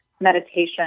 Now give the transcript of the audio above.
meditation